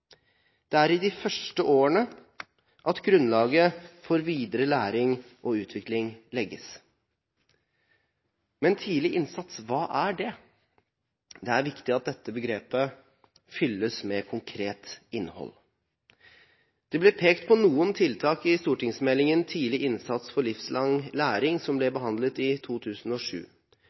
Det er i de første årene at grunnlaget for videre læring og utvikling legges. Men tidlig innsats – hva er det? Det er viktig at dette begrepet fylles med konkret innhold. Det ble pekt på noen tiltak i stortingsmeldingen Tidlig innsats for livslang læring, som ble behandlet i 2007.